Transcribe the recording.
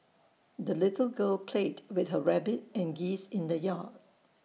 the little girl played with her rabbit and geese in the yard